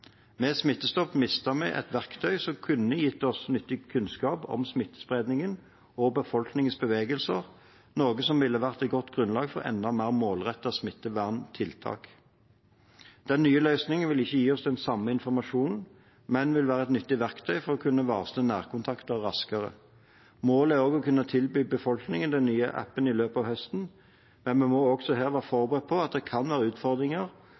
Med Smittestopp mistet vi et verktøy som kunne gitt oss nyttig kunnskap om smittespredningen og befolkningens bevegelser, noe som ville vært et godt grunnlag for enda mer målrettede smitteverntiltak. Den nye løsningen vil ikke gi oss den samme informasjonen, men vil være et nyttig verktøy for å kunne varsle nærkontakter raskere. Målet er å kunne tilby befolkningen den nye appen i løpet av høsten, men vi må også her være forberedt på at det kan være utfordringer